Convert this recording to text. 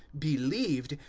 believed,